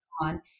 on